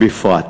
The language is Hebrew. בפרט.